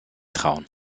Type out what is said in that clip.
trauen